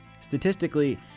Statistically